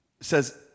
says